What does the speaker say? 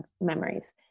memories